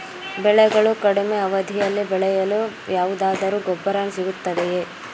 ಬೆಳೆಗಳು ಕಡಿಮೆ ಅವಧಿಯಲ್ಲಿ ಬೆಳೆಯಲು ಯಾವುದಾದರು ಗೊಬ್ಬರ ಸಿಗುತ್ತದೆಯೇ?